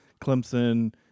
Clemson